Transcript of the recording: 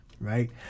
Right